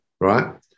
right